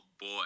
boy